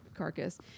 carcass